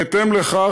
בהתאם לכך,